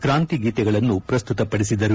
ಕ್ರಾಂತಿ ಗೀತೆಗಳನ್ನು ಪ್ರಸ್ತುತ ಪಡಿಸಿದರು